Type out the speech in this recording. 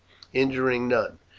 injuring none,